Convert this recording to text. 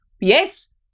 Yes